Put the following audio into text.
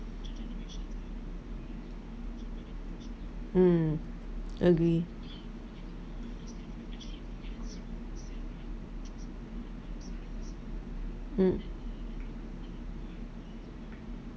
mm agree mm